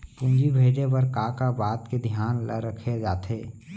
पूंजी भेजे बर का का बात के धियान ल रखे जाथे?